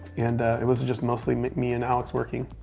and it was just mostly me me and alex working,